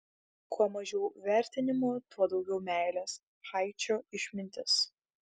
kuo mažiau vertinimo tuo daugiau meilės haičio išmintis